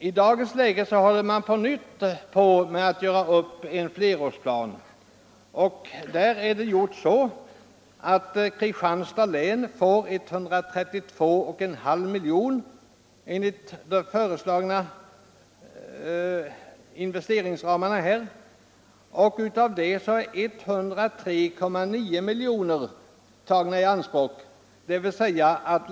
I dagens läge håller vägverket åter på med att göra upp en flerårsplan. Enligt föreslagna investeringsramar får Kristianstads län 132,5 milj.kr. Av detta belopp är 103,9 milj.kr. tagna i anspråk.